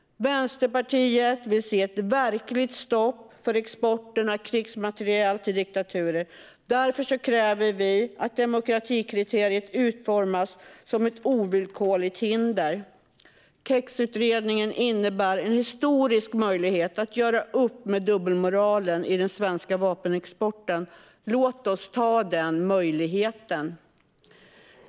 Vänsterpartiet vill se ett verkligt stopp för exporten av krigsmateriel till diktaturer. Därför kräver vi att demokratikriteriet utformas som ett ovillkorligt hinder. KEX-utredningen innebär en historisk möjlighet att göra upp med dubbelmoralen i den svenska vapenexporten. Låt oss ta vara på den möjligheten.